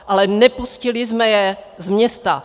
Ale nepustili jsme je z města.